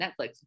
Netflix